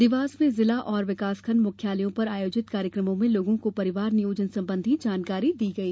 देवास में जिला एवं विकास खण्ड मुख्यालयों पर आयोजित कार्यक्रम में लोगों को परिवार नियोजन संबंधी जानकारी दी गई